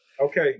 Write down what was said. Okay